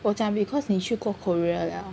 我讲 because 你去过 Korea liao